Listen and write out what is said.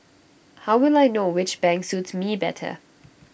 how will I know which bank suits me better